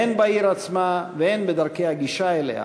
הן בעיר עצמה והן בדרכי הגישה אליה,